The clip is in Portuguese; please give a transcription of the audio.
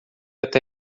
até